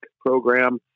program